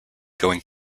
going